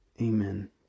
Amen